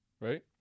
right